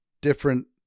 different